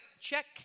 check